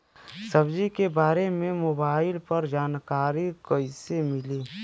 सब्जी के बारे मे मोबाइल पर जानकारी कईसे मिली?